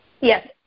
Yes